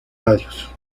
radios